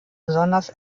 besonders